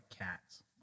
cats